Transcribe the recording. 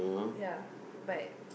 ya but